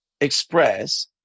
Express